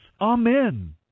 amen